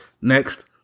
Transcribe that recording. Next